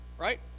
Right